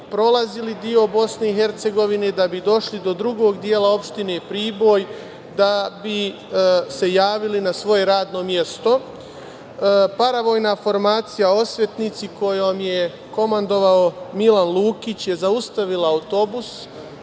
prolazili deo Bosne i Hercegovine da bi došli do drugog dela opštine Priboj, da bi se javili na svoje radno mesto. Paravojna formacija „Osvetnici“ kojom je komandovao Milan Lukić je zaustavila autobus